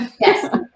Yes